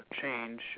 change